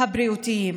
הבריאותיים.